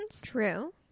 True